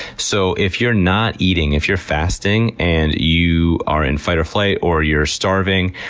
so if you're not eating, if you're fasting, and you are in fight-or-flight, or you're starving,